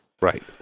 Right